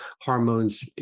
hormones